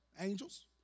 angels